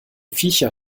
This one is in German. viecher